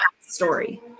story